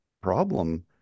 problem